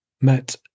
Met